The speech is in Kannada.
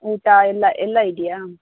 ಊಟ ಎಲ್ಲ ಎಲ್ಲ ಇದೆಯಾ